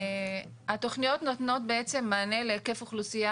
התכניות נותנות בעצם מענה להיקף אוכלוסייה